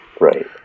Right